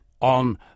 on